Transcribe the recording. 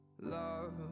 love